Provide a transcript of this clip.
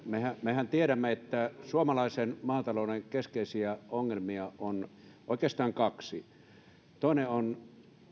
mehän mehän tiedämme että suomalaisen maatalouden keskeisiä ongelmia on oikeastaan kaksi toinen on